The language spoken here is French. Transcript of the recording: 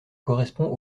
correspond